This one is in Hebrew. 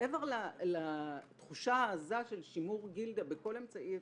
מעבר לתחושה העזה של שימור גילדה בכל אמצעי אפשרי,